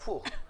הפוך.